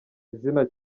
izina